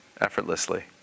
effortlessly